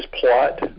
plot